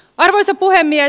arvoisa puhemies